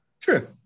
True